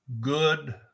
good